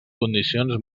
condicions